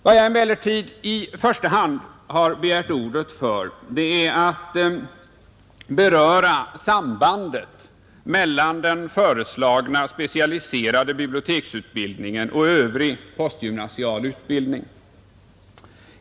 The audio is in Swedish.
Vad jag emellertid i första hand vill beröra är sambandet mellan den föreslagna specialiserade biblioteksutbildningen och övrig postgymnasial utbildning.